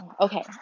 Okay